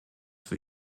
für